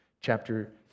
chapter